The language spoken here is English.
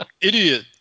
idiot